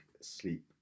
sleep